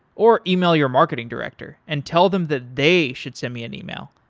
or email your marketing director and tell them that they should send me an email,